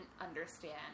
understand